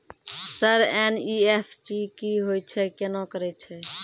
Sir NEFT की होय छै, केना करे छै?